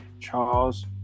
Charles